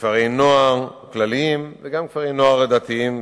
בכפרי-נוער כלליים וגם בכפרי-נוער דתיים,